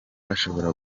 ashobora